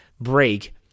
break